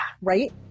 right